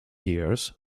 years